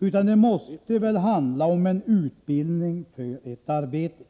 utan det måste handla om en utbildning för ett arbete.